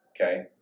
okay